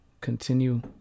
continue